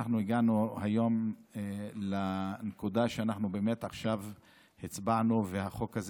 אנחנו הגענו היום לנקודה שאנחנו הצבענו והחוק הזה